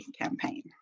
campaign